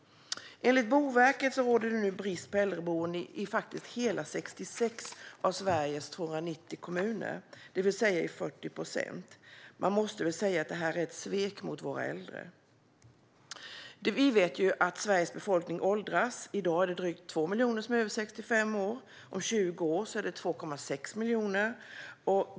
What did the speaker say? Enligt Boverket råder det nu brist på äldreboenden i hela 66 av Sveriges 290 kommuner, det vill säga i 40 procent av kommunerna. Man måste väl säga att detta är ett svek mot våra äldre. Vi vet ju att Sveriges befolkning åldras. I dag är det drygt 2 miljoner människor som är över 65 år; om 20 år kommer det att vara 2,6 miljoner.